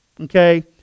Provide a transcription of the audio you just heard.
Okay